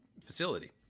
facility